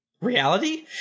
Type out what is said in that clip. reality